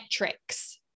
metrics